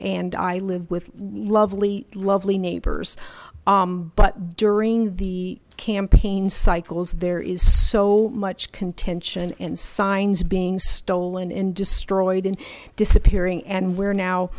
and i lived with lovely lovely neighbors but during the campaign cycles there is so much contention and signs being stolen and destroyed and disappearing and where now